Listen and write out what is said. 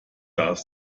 darf